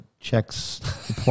Checks